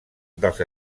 dels